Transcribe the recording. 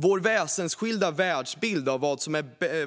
Våra väsensskilda bilder av